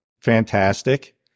Fantastic